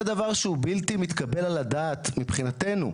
זה דבר שהוא בלתי מתקבל על הדעת מבחינתנו,